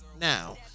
Now